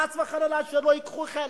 חס וחלילה שלא ייקחו חלק.